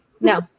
No